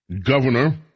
governor